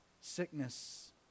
Sickness